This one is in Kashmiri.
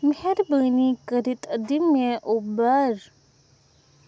مہربٲنی کٔرِتھ دِ مےٚ اوٗبر